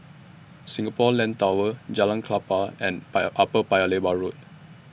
Singapore Land Tower Jalan Klapa and Paya Upper Paya Lebar Road